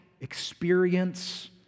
experience